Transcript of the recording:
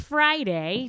Friday